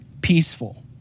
peaceful